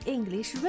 English